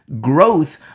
growth